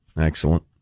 Excellent